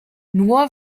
nur